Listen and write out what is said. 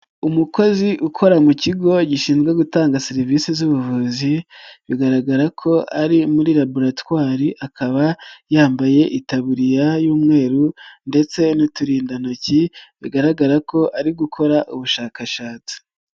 Umukozi ukora mu kigo gishinzwe gutanga serivisi z'ubuvuzi, bigaragara ko ari muri laboratwari akaba yambaye itabiririya y'umweru ndetse n'uturindantoki bigaragara ko ari gukora ubushakashatsi.